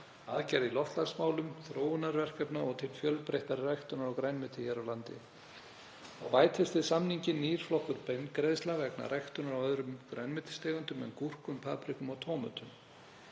aðgerða í loftslagsmálum, þróunarverkefna og til fjölbreyttari ræktunar á grænmeti hér á landi. Þá bætist við samninginn nýr flokkur, beingreiðsla vegna ræktunar á öðrum grænmetistegundum en gúrkum, paprikum og tómötum.